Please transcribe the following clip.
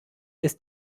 ist